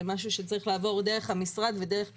משהו שצריך לעבוד דרך המשרד ודרך פיקוח,